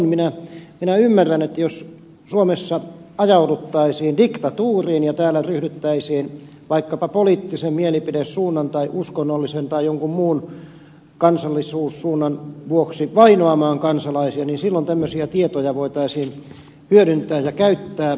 minä ymmärrän että jos suomessa ajauduttaisiin diktatuuriin ja täällä ryhdyttäisiin vaikkapa poliittisen mielipidesuunnan tai uskonnollisen tai jonkun muun kansallisuussuunnan vuoksi vainoamaan kansalaisia niin silloin tämmöisiä tietoja voitaisiin hyödyntää ja käyttää